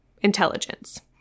intelligence